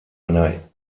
einer